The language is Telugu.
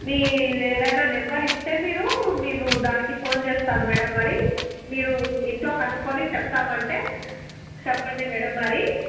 మీ ఏదైనా నెంబర్ ఇస్తే మీరు మేము దానికి ఫోన్ చేస్తాం మ్యాడమ్ మరి మీరు ఇంట్లో కనుక్కొని చెప్తామంటే చెప్పండి మ్యాడమ్ మరి